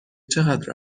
چقدر